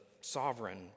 sovereign